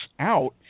out